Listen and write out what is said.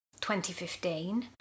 2015